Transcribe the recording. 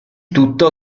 tutto